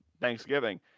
Thanksgiving